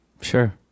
Sure